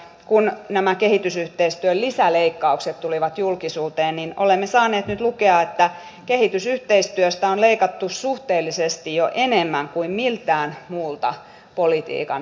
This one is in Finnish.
kun nämä kehitysyhteistyön lisäleikkaukset tulivat julkisuuteen niin olemme saaneet nyt lukea että kehitysyhteistyöstä on leikattu suhteellisesti jo enemmän kuin miltään muulta politiikan alalta